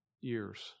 years